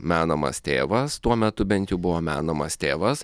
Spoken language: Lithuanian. menamas tėvas tuo metu bent jau buvo menamas tėvas